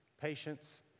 patience